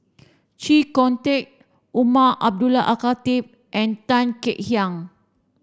Chee Kong Tet Umar Abdullah Al Khatib and Tan Kek Hiang